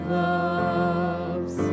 loves